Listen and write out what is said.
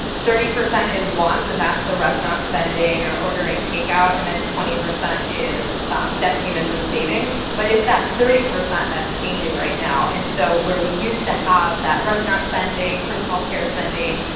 thirty percent is wants, and that's the restaurant spending or ordering takeout, and then twenty percent is um debt payments and savings. but it's that thirty percent that's changing right now. and so where we used to have that restaurant spending, personal care spending,